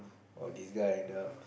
oh this guy end up